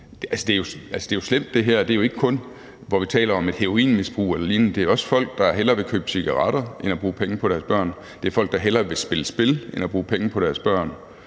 her er jo slemt. Det er jo ikke kun, hvor vi taler om et heroinmisbrug eller lignende: Det er også folk, der hellere vil købe cigaretter end at bruge penge på deres børn; det er folk, der hellere vil spille spil end at bruge penge på deres børn;